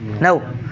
No